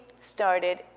started